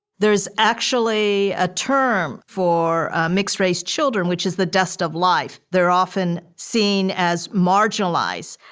there is actually a term for mixed race children, which is the dust of life, they're often seen as marginalize.